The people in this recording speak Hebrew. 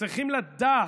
צריכים לדעת,